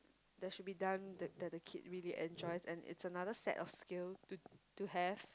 that should be done that that the kid really enjoys and it's another set of skill to to have